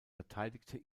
verteidigte